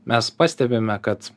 mes pastebime kad